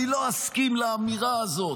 אני לא אסכים לאמירה הזאת,